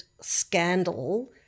scandal